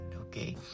okay